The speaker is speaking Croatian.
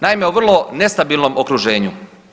Naime u vrlo nestabilnom okruženju.